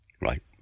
Right